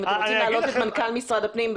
אתם רוצים להעלות את מנכ"ל משרד הפנים,